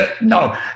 no